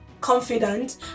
confident